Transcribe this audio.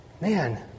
man